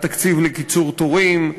התקציב לקיצור תורים,